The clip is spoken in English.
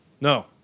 No